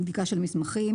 מבדיקה של מסמכים,